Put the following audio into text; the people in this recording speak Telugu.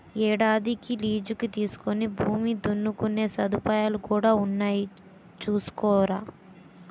ఏడాదికి లీజుకి తీసుకుని భూమిని దున్నుకునే సదుపాయాలు కూడా ఉన్నాయి చూసుకోరా